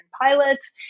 pilots